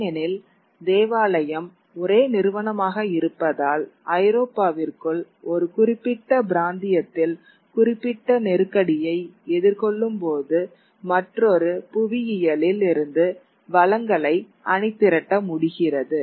ஏனெனில் தேவாலயம் ஒரே நிறுவனமாக இருப்பதால் ஐரோப்பாவிற்குள் ஒரு குறிப்பிட்ட பிராந்தியத்தில் குறிப்பிட்ட நெருக்கடியை எதிர்கொள்ளும் போது மற்றொரு புவியியலில் இருந்து வளங்களை அணி திரட்ட முடிகிறது